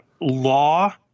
law